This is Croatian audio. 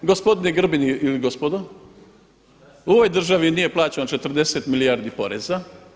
Gospodin Grbin ili gospodo u ovoj državi nije plaćeno 40 milijardi poreza.